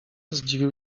zdziwił